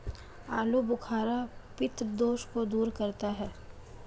आलूबुखारा पित्त दोष को दूर करता है